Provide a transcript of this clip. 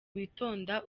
witonda